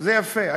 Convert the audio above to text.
זה יפה.